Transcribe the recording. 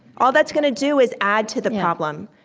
all that's gonna do is add to the problem,